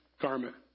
garment